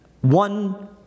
one